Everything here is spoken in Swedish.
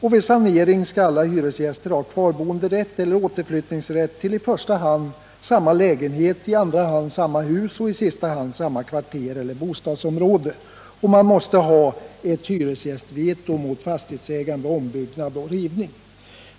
Vid sanering skall alla hyresgäster ha kvarboenderätt eller återflyttningsrätt till i första hand samma lägenhet, i andra hand samma hus och i sista hand samma kvarter eller bostadsområde. Man måste också ha ett hyresgästveto mot fastighetsägande, ombyggnad och rivning.